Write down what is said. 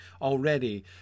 already